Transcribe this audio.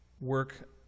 work